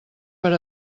per